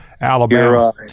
Alabama